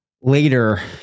later